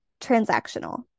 Transactional